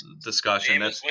discussion